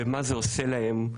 מה זה עושה להם.